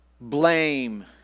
blame